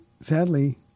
sadly